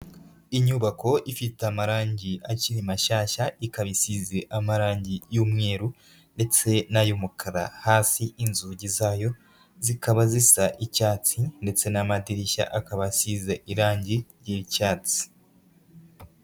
Inyubako ifite amarangi akiri mashyashya, ikaba isize amarangi y'umweru ndetse n'ay'umukara, hasi inzugi zayo zikaba zisa icyatsi ndetse n'amadirishya akaba asize irangi ry'icyatsi.